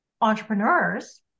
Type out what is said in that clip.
entrepreneurs